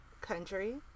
Country